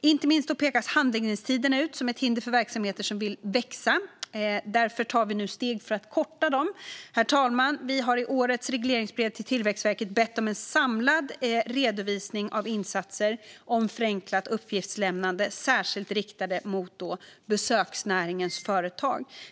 Det gäller inte minst handläggningstiderna, som pekas ut som ett hinder för verksamheter som vill växa. Därför tar regeringen nu steg för att korta dem. Herr talman! Regeringen har i årets regleringsbrev till Tillväxtverket bett om en samlad redovisning av insatser för förenklat uppgiftslämnande särskilt riktade mot besöksnäringens företag.